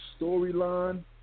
storyline